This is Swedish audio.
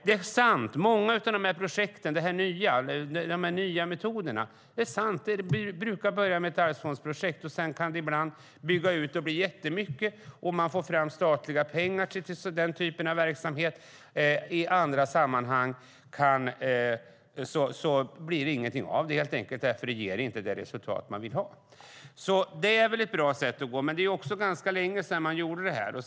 Det är sant att många nya metoder brukar börja som arvsfondsprojekt och sedan bli riktigt stora när man får statliga pengar till verksamheterna. Det kan väl vara en bra väg att gå. I andra sammanhang blir det ingenting av det hela; det ger helt enkelt inte det resultat man vill ha. Nu är det ganska länge sedan det gjordes.